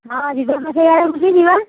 ହଁ ବୁଲି ଯିବା